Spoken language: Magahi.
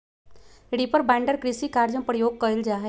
रीपर बाइंडर कृषि कार्य में प्रयोग कइल जा हई